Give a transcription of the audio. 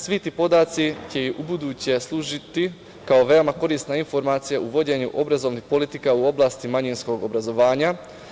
Svi ti podaci će ubuduće služiti kao veoma korisna informacija u uvođenju obrazovnih politika u oblasti manjinskog obrazovanja.